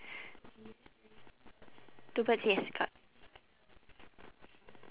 two birds yes got